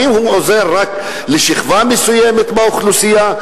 האם הוא עוזר רק לשכבה מסוימת באוכלוסייה?